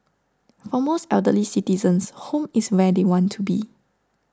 for most elderly citizens home is where they want to be